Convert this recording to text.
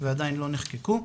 ועדיין לא נחקקו.